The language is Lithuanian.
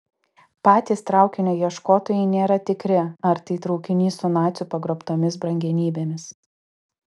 patys traukinio ieškotojai nėra tikri ar tai traukinys su nacių pagrobtomis brangenybėmis